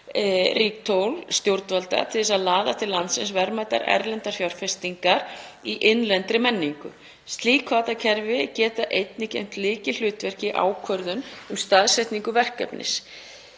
tól stjórnvalda til þess að laða til landsins verðmætar erlendar fjárfestingar í innlendri menningu. Slík hvatakerfi geta einnig gegnt lykilhlutverki í ákvörðun um staðsetningu verkefnis